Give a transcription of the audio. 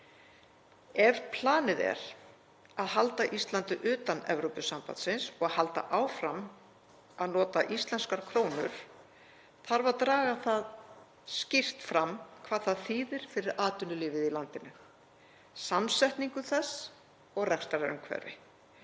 Ef planið er að halda Íslandi utan Evrópusambandsins og halda áfram að nota íslenskar krónur þarf að draga það skýrt fram hvað það þýðir fyrir atvinnulífið í landinu, samsetningu þess og rekstrarumhverfi.